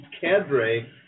cadre